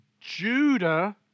Judah